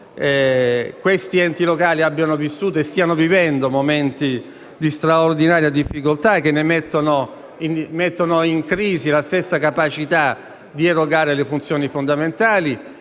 questi enti locali abbiano vissuto e stiano vivendo momenti di straordinaria difficoltà, che mettono in crisi la stessa capacità di erogare le funzioni fondamentali.